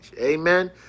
Amen